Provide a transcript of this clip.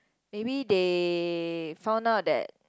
maybe they found out that